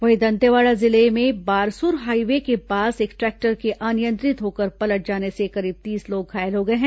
वहीं दंतेवाड़ा जिले में बारसूर हाइवे के पास एक ट्रेक्टर के अनियंत्रित होकर पलट जाने से करीब तीस लोग घायल हो गए हैं